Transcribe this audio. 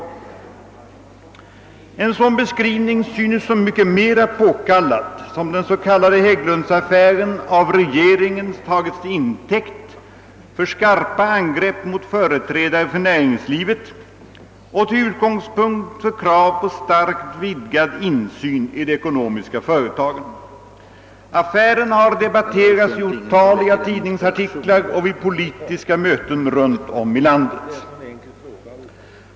En sådan beskrivning synes så mycket mer påkallad som den s.k. Hägglundsaffären av regeringen tagits till intäkt för skarpa angrepp mot företrädare för näringslivet och till utgångspunkt för krav på starkt vidgad insyn i de ekonomiska företagen. Affären har debatterats i otaliga tidningsartiklar och vid politiska möten runt om i landet.